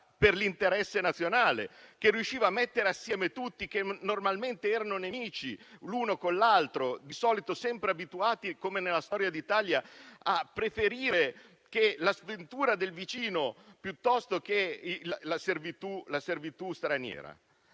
interesse nazionale, che riusciva a mettere assieme tutti coloro che normalmente erano nemici l'uno con l'altro, di solito sempre abituati, come nella storia d'Italia, a preferire la sventura del vicino piuttosto che la servitù straniera.